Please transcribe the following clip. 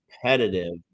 competitive